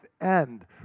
end